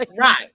Right